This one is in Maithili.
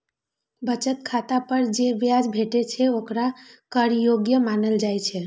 बचत खाता पर जे ब्याज भेटै छै, ओकरा कर योग्य मानल जाइ छै